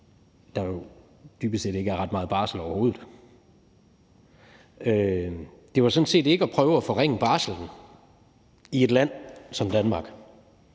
jo dybest set ikke er ret meget barsel overhovedet. Det var sådan set ikke at prøve at forringe barslen i et land som Danmark.